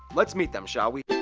let's meet them, shall we?